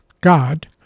God—